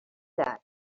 that